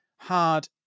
hard